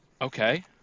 okay